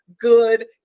good